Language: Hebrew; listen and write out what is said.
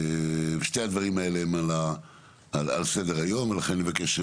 שני הדברים האלה הם על סדר-היום ולכן אני מבקש,